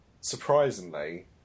Surprisingly